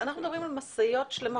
אנחנו מדברים על משאיות שלמות.